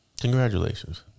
Congratulations